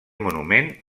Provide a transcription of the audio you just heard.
monument